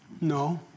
No